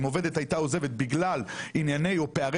אם עובדת הייתה עוזבת בגלל ענייני או פערי